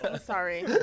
sorry